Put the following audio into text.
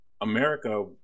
America